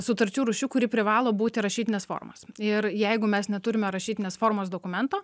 sutarčių rūšių kuri privalo būti rašytinės formos ir jeigu mes neturime rašytinės formos dokumento